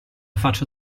faccio